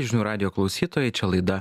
žinių radijo klausytojai čia laida